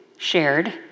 Shared